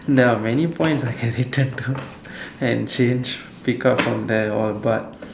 there are many points I can hated to and change pick up from there all but